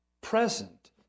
present